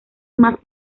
más